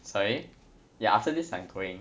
sorry ya after this I'm going